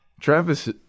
Travis